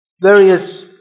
various